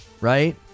right